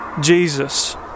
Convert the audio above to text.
Jesus